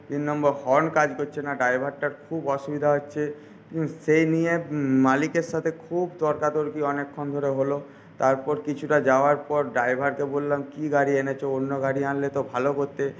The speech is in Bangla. তিন নম্বর হর্ন কাজ করছে না ড্রাইভারটার খুব অসুবিধা হচ্ছে সেই নিয়ে মালিকের সঙ্গে খুব তর্কাতর্কি অনেকক্ষণ ধরে হল তারপর কিছুটা যাওয়ার পর ড্রাইভারকে বললাম কি গাড়ি এনেছো অন্য গাড়ি আনলে তো ভালো করতে